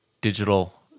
digital